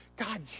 God